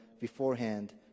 beforehand